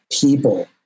people